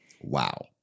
Wow